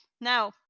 Now